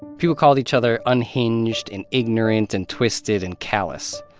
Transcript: people called each other unhinged and ignorant and twisted and callous.